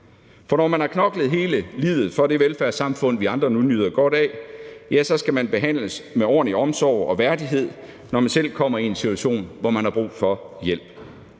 For når man har knoklet hele livet for det velfærdssamfund, vi andre nyder godt af, skal man behandles med ordentlig omsorg og værdighed, når man selv kommer i en situation, hvor man har brug for hjælp.